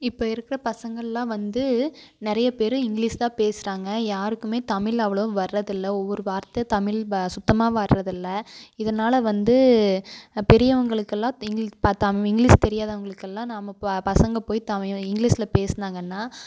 இப்போ இருக்கிற பசங்களெலாம் வந்து நிறைய பேர் இங்கிலீஸ் தான் பேசுகிறாங்க யாருக்குமே தமிழ் அவ்வளோவா வர்றதில்லை ஒவ்வொரு வார்த்தை தமிழ் ப சுத்தமாக வர்றதில்லை இதனால வந்து பெரியவங்களுக்கெல்லாம் இங்கிலீஸ் தமிழ் இங்கிலீஸ் தெரியாதவங்களுக்கெல்லாம் நாம் பசங்கள் போய் தமிழ் இங்கிலீஸில் பேசினாங்கன்னா